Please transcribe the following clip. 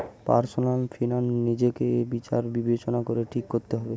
personal finance নিজেকে বিচার বিবেচনা করে ঠিক করতে হবে